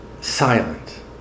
silent